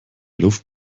luft